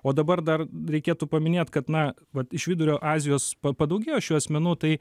o dabar dar reikėtų paminėt kad na vat iš vidurio azijos pa padaugėjo šių asmenų tai